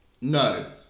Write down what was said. No